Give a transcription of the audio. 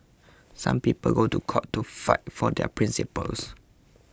some people go to court to fight for their principles